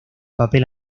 papel